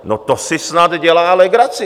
No to si snad dělá legraci!